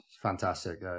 Fantastic